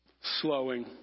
slowing